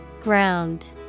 Ground